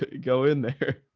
go in there,